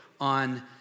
on